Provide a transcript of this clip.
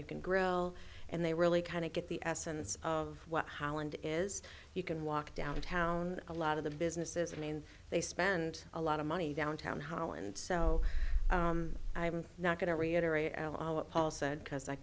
you can grill and they really kind of get the essence of what holland is you can walk downtown a lot of the businesses and they spend a lot of money downtown holland so i'm not going to reiterate what paul said because i